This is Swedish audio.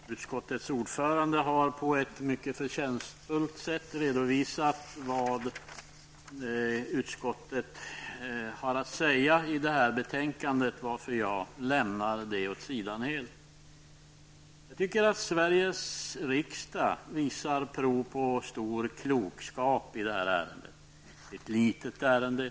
Fru talman! Utskottets ordförande har på ett mycket förtjänstfullt sätt redovisat vad utskottet har att säga i detta betänkande. Därför lämnar jag det åt sidan helt. Jag tycker att Sveriges riksdag visar prov på stor klokskap i det här ärendet. Det är ett litet ärende.